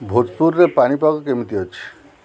ଭୋଜପୁରରେ ପାଣିପାଗ କେମିତି ଅଛି